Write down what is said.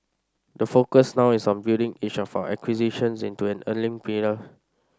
the focus now is on building each of our acquisitions into an earning pillar